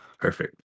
Perfect